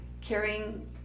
carrying